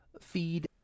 feed